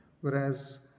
whereas